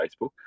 Facebook